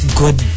good